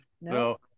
no